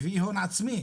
מביא הון עצמי,